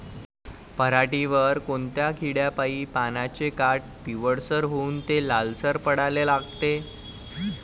पऱ्हाटीवर कोनत्या किड्यापाई पानाचे काठं पिवळसर होऊन ते लालसर पडाले लागते?